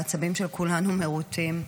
והעצבים של כולנו מרוטים.